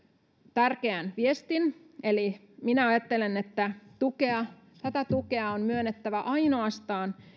tärkeän viestin eli minä ajattelen että tätä tukea on myönnettävä ainoastaan